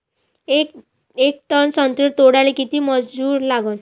येक टन संत्रे तोडाले किती मजूर लागन?